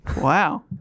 Wow